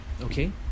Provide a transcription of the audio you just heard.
okay